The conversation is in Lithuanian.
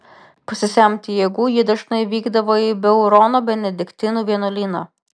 pasisemti jėgų ji dažnai vykdavo į beurono benediktinų vienuolyną